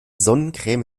sonnencreme